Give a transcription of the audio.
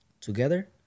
together